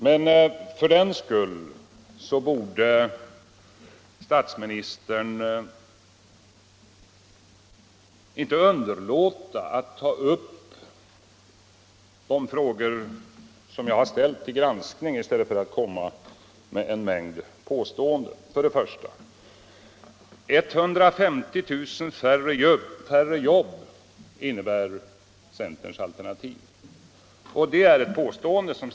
Men för den skull borde statsministern inte underlåta att ta upp de frågor som jag har ställt fram till granskning. I stället för han nu fram en mängd påståenden. Det första påståendet som statsministern gör är att centerns alternativ innebär 150 000 färre jobb.